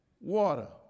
water